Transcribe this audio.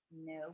no